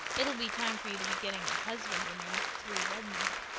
it'll be time for you to be getting a husband when you're through redmond,